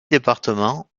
départements